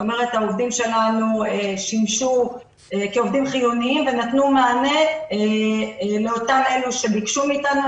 העובדים שלנו שמשו כעובדים חיוניים ונתנו מענה לאותם אלה שביקשו מאתנו.